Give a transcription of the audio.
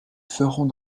ferons